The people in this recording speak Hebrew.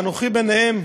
ואנוכי ביניהם,